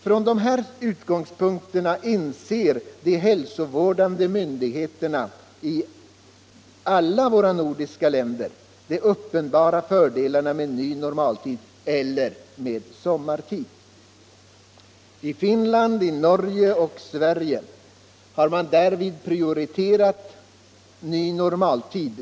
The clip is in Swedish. Från de här utgångspunkterna inser de hälsovårdande myndigheterna i de nordiska länderna de uppenbara fördelarna med ny normaltid eller med sommartid. I Finland, Norge och Sverige har man därvid prioriterat ny normaltid.